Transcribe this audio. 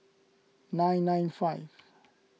nine nine five